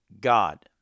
God